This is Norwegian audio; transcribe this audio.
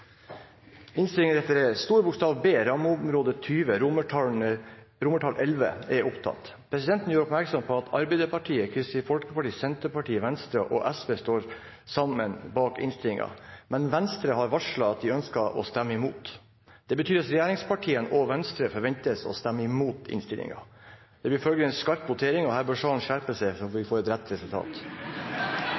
innstillingen, men Venstre har varslet at de ønsker å stemme imot. Det betyr at regjeringspartiene og Venstre forventes å stemme imot innstillingen. Det blir følgelig en skarp votering, og her bør salen skjerpe seg så vi får et riktig resultat!